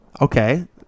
Okay